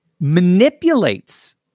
manipulates